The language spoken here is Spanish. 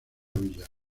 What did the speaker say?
billar